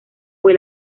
fue